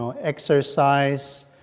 Exercise